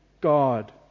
God